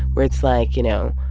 where it's like, you know,